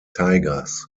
tigers